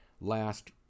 last